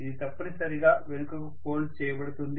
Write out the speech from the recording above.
ఇది తప్పనిసరిగా వెనుకకు ఫోల్డ్ చేయబడుతుంది